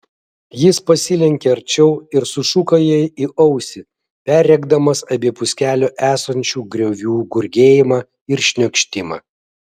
jis pasilenkė arčiau ir sušuko jai į ausį perrėkdamas abipus kelio esančių griovių gurgėjimą ir šniokštimą